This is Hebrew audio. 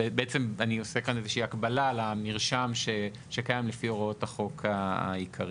בעצם אני עושה כאן איזושהי הקבלה למרשם שקיים לפי הוראות החוק העיקרי.